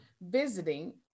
Visiting